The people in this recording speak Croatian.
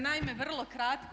Naime, vrlo kratko.